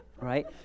right